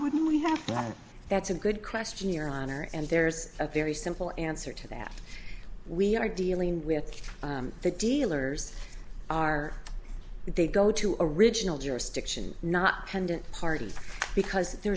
wouldn't we have one that's a good question your honor and there's a very simple answer to that we are dealing with the dealers are they go to original jurisdiction not pendent party because there